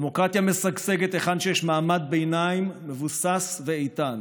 דמוקרטיה משגשגת היכן שיש מעמד ביניים מבוסס ואיתן,